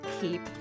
Keep